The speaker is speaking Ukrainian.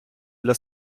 для